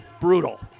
brutal